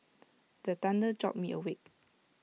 the thunder jolt me awake